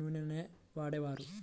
నూనెలనే వాడేవారు